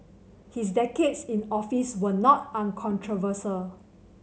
his decades in office were not uncontroversial